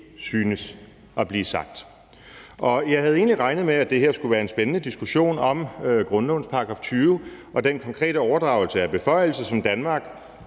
synes at blive sagt. Jeg havde egentlig regnet med, at det her skulle være en spændende diskussion om grundlovens § 20 og den konkrete overdragelse af beføjelse, som Danmark